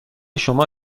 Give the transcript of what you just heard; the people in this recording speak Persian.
شما